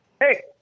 hey